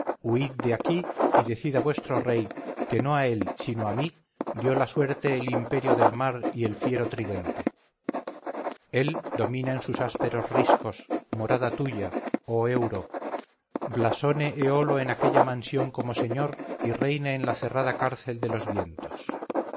de aquí y decid a vuestro rey que no a él sino a mí dio la suerte el imperio del mar y el fiero tridente el domina en sus ásperos riscos morada tuya oh euro blasone éolo en aquella mansión como señor y reine en la cerrada cárcel de los vientos